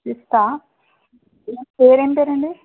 ఫిఫ్తా పేరు ఏం పేరు అండి